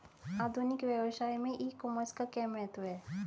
आधुनिक व्यवसाय में ई कॉमर्स का क्या महत्व है?